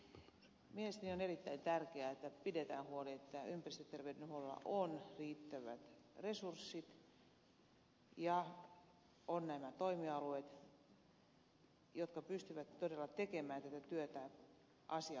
mielestäni on erittäin tärkeätä että pidetään huoli siitä että ympäristöterveydenhuollolla on riittävät resurssit ja on nämä toimialueet jotka pystyvät todella tekemään tätä työtään asianmukaisesti